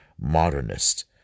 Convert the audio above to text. modernist